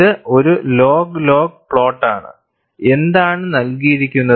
ഇത് ഒരു log log പ്ലോട്ടാണ് എന്താണ് നൽകിയിരിക്കുന്നത്